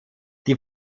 die